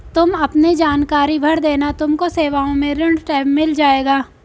तुम अपने जानकारी भर देना तुमको सेवाओं में ऋण टैब मिल जाएगा